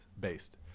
based